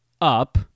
up